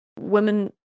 Women